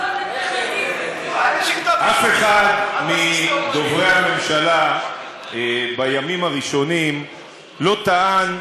אף אחד מדוברי הממשלה בימים הראשונים לא טען,